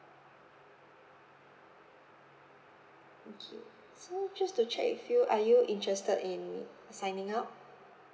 okay so just to check with you are you interested in signing up